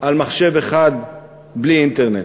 על מחשב אחד בלי אינטרנט?